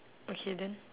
okay then